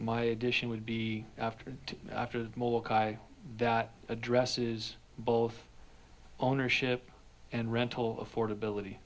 my addition would be after after that address is both ownership and rental affordability